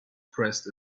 pressed